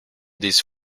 these